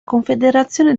confederazione